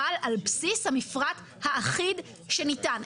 אבל על בסיס המפרט האחיד שניתן.